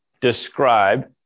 describe